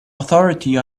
authority